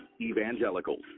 Evangelicals